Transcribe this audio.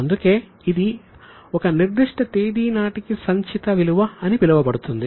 అందుకే ఇది ఒక నిర్దిష్ట తేదీ నాటికి సంచిత విలువ అని పిలవబడుతుంది